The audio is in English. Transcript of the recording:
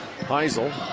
Heisel